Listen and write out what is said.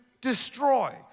destroy